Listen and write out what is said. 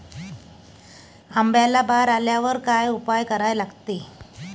आंब्याले बार आल्यावर काय उपाव करा लागते?